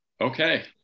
Okay